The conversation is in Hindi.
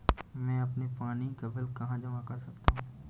मैं अपने पानी का बिल कहाँ जमा कर सकता हूँ?